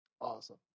Awesome